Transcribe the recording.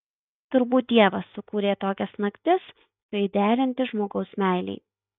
turbūt dievas sukūrė tokias naktis suidealinti žmogaus meilei